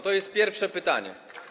To jest pierwsze pytanie.